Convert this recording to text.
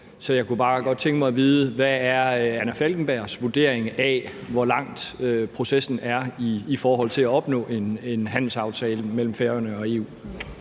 så jeg kunne bare godt tænke mig at vide, hvad fru Anna Falkenbergs vurdering er af, hvor langt processen er i forhold til at opnå en handelsaftale mellem Færøerne og EU.